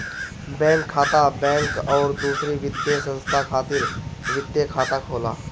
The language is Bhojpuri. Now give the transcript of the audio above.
बैंक खाता, बैंक अउरी दूसर वित्तीय संस्था खातिर वित्तीय खाता होला